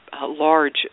large